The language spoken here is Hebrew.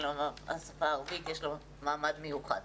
והשפה הערבית יש לה מעמד מיוחד.